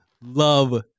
love